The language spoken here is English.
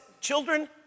children